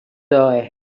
die